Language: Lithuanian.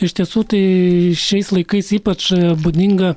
iš tiesų tai šiais laikais ypač būdinga